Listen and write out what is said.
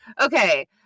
Okay